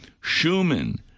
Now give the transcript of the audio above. Schumann